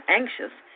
anxious